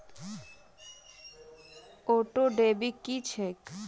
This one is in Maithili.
ऑटोडेबिट की छैक?